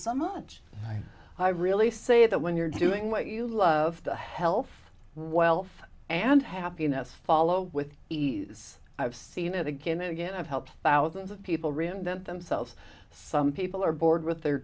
so much i really say that when you're doing what you love the health wealth and happiness follow with ease i've seen it again and again i've helped thousands of people reinvent themselves some people are born with their